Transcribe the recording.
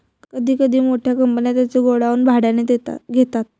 कधी कधी मोठ्या कंपन्या त्यांचे गोडाऊन भाड्याने घेतात